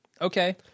Okay